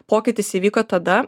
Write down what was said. pokytis įvyko tada